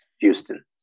Houston